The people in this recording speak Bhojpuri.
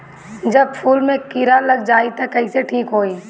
जब फूल मे किरा लग जाई त कइसे ठिक होई?